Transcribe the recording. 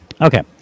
Okay